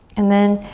and then,